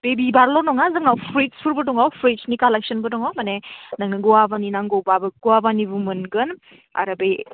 बे बिबारल' नङा जोंनाव फ्रुइट्सफोरबो दङ फ्रुइट्सनि कालेक्स'नबो दङ माने नोंनो गुवाभानि नांगौबा गुवाभानिबो मोनगोन आरो बै